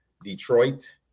Detroit